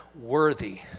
worthy